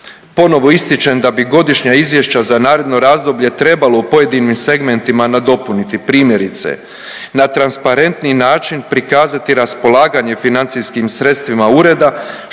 ponovo ističem da bi godišnja izvješća za naredno razdoblje trebalo u pojedinim segmentima nadopuniti. Primjerice na transparentni način prikazati raspolaganje financijskim sredstvima ureda